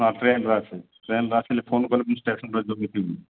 ହଁ ଟ୍ରେନ୍ରେ ଆସିବୁ ଟ୍ରେନ୍ରେ ଆସିଲେ ଫୋନ୍ କଲେ ମୁଁ ଷ୍ଟେସନ୍ରେ ଯଗିଥିବି